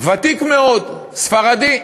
ותיק מאוד, ספרדי.